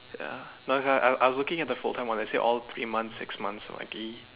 ya I I was looking at the full time and there were all like three months six months